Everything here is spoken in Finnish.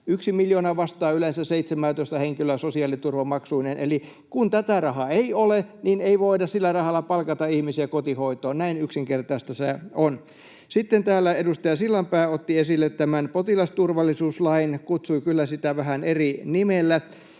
miljoona vastaa yleensä 17:ää henkilöä sosiaaliturvamaksuineen. Eli kun tätä rahaa ei ole, niin ei voida sillä rahalla palkata ihmisiä kotihoitoon. Näin yksinkertaista se on. Sitten täällä edustaja Sillanpää otti esille tämän potilasturvallisuuslain — kutsui kyllä sitä vähän eri nimellä.